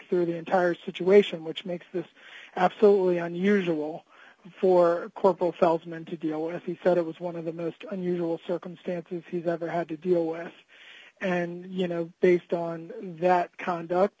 through the entire situation which makes this absolutely unusual for corporal one thousand and to deal with he said it was one of the most unusual circumstances he's ever had to deal with and you know based on that conduct